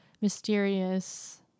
mysterious